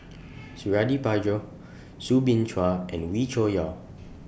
Suradi Parjo Soo Bin Chua and Wee Cho Yaw